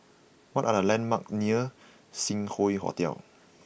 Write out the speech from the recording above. what are the landmark near Sing Hoe Hotel